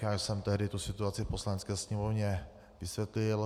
Já jsem tehdy situaci v Poslanecké sněmovně vysvětlil.